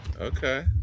Okay